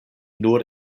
nur